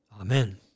Amen